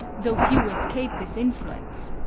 though few escape this influence,